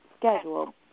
schedule